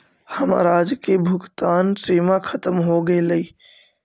हमर आज की भुगतान सीमा खत्म हो गेलइ